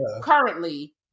currently